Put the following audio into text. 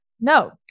no